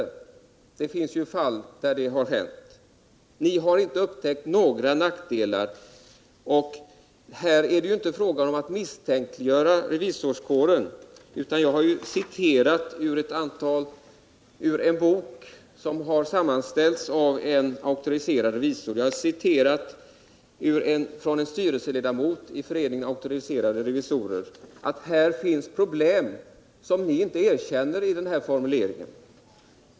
Det finns ju sådana fall. Trots det har ni inte upptäckt några nackdelar. Här är det inte fråga om att misstänkliggöra revisorskåren, utan jag har citerat ur en bok som sammanställts av en auktoriserad revisor, och jag har citerat ett uttalande av en styrelseledamot i Föreningen Auktoriserade revisorer. Det finns problem som ni blundar för i er formulering.